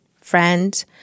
friend